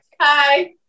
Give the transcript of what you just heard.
hi